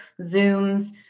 Zooms